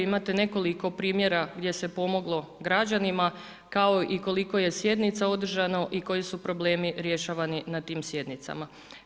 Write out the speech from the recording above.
Imate nekoliko primjera gdje se pomoglo građanima, kao i koliko je sjednica održano i koji su problemi rješavani na tim sjednicama.